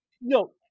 no